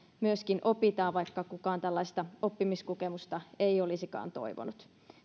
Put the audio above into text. myöskin opitaan vaikka kukaan tällaista oppimiskokemusta ei olisikaan toivonut